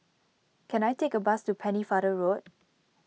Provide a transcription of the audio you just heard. can I take a bus to Pennefather Road